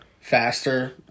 faster